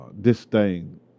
disdain